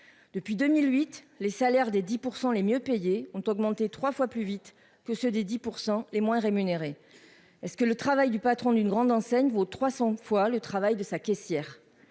depuis 2008, les salaires des 10 % les mieux payés ont augmenté 3 fois plus vite que ceux des 10 % les moins rémunérés, est ce que le travail du patron d'une grande enseigne vaut 300 fois le travail de sa caissière,